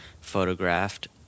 photographed